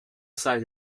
site